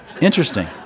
Interesting